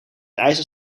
ijzer